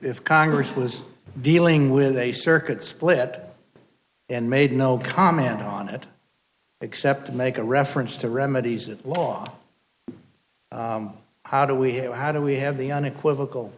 if congress was dealing with a circuit split and made no comment on it except to make a reference to remedies at law how do we how do we have the unequivocal